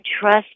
trust